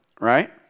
Right